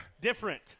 Different